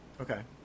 Okay